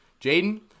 Jaden